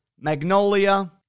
Magnolia